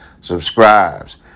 subscribes